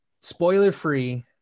spoiler-free